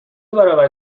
برابر